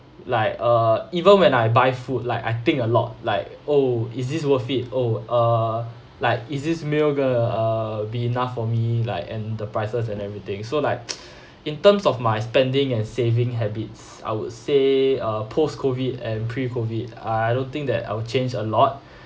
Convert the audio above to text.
like uh even when I buy food like I think a lot like oh is this worth it oh uh like is this meal going to uh be enough for me like and the prices and everything so like in terms of my spending and saving habits I would say uh post COVID and pre COVID I don't think that I will change a lot